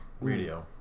Radio